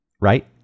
Right